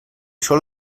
sol